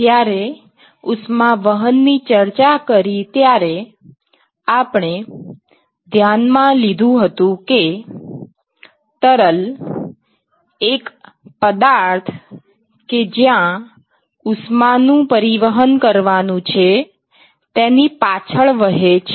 જ્યારે ઉષ્માવહન ની ચર્ચા કરી ત્યારે આપણે ધ્યાનમાં લીધું હતું કે તરલ એક પદાર્થ કે જ્યાં ઉષ્માનું પરિવહન કરવાનું છે તેની પાછળ વહે છે